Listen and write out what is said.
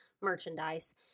merchandise